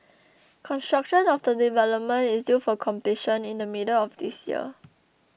construction of the development is due for completion in the middle of this year